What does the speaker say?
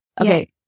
Okay